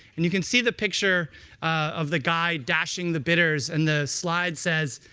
and you can see the picture of the guy dashing the bitters, and the slide says,